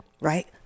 right